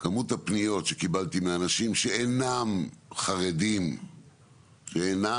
כמות הפניות שקיבלתי מאנשים שאינם חרדים שאינם